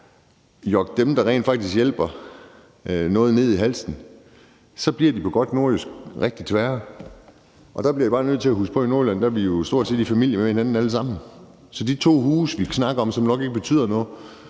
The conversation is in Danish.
dem, der rent faktisk hjælper, noget ned i halsen, bliver de på godt nordjysk rigtig tvære. Man bliver bare nødt til at huske på, at vi i Nordjylland stort set er i familie med hinanden alle sammen. Så folkene i de to huse, vi snakker om nok ikke betyder noget,